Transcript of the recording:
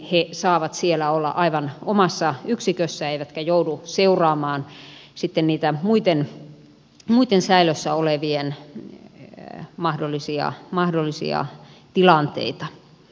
he saavat siellä olla aivan omassa yksikössään eivätkä joudu seuraamaan sitten muiden säilössä olevien mahdollisia tilanteita